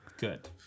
good